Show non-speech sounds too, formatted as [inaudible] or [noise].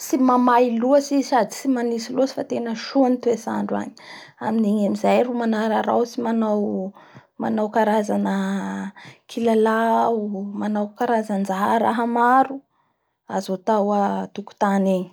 Tsy mamay loatsy sady tsy manintsy loatsy fa tena soa ny toetrandro agny [noise] amin'igny amizay ro mananaraotsy manao- manao karazana kilalao manao karazandraha raha maro azo atao atokotany egny.